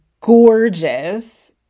gorgeous